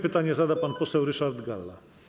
Pytanie zada pan poseł Ryszard Galla.